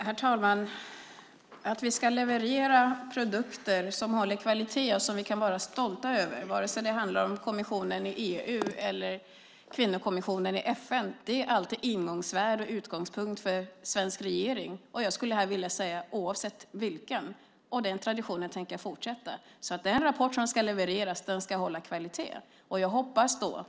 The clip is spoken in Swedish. Herr talman! Att vi ska leverera produkter som håller kvalitet och som vi kan vara stolta över, vare sig det handlar om kommissionen i EU eller kvinnokommissionen i FN, är alltid ingångsvärde och utgångspunkt för en svensk regering. Jag skulle vilja säga oavsett vilken. Den traditionen tänker jag fortsätta med. Den rapport som ska levereras ska hålla kvalitet.